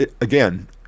again